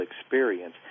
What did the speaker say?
experience